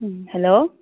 ꯎꯝ hello